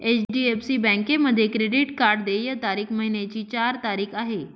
HDFC बँकेमध्ये credit card देय तारीख महिन्याची चार तारीख आहे